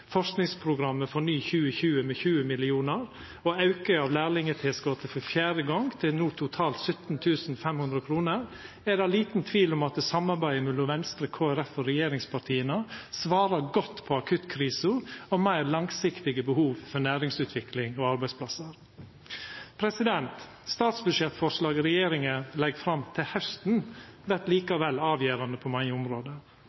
med 20 mill. kr og auke av lærlingtilskotet for fjerde gong, til no totalt 17 500 kr, er det liten tvil om at samarbeidet mellom Venstre, Kristeleg Folkeparti og regjeringspartia svarar godt på akuttkrisa og meir langsiktige behov for næringsutvikling og arbeidsplassar. Statsbudsjettforslaget regjeringa legg fram til hausten, vert